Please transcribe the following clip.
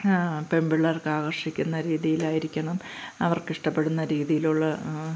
പെൺപിള്ളേർക്ക് ആകർഷിക്കുന്ന രീതിയിലായിരിക്കണം അവർക്കിഷ്ടപ്പെടുന്ന രീതിയിലുള്ള